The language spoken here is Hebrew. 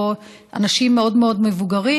או אנשים מאוד מאוד מבוגרים.